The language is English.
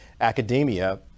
academia